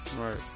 right